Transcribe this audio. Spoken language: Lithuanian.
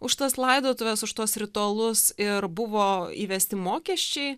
už tas laidotuves už tuos ritualus ir buvo įvesti mokesčiai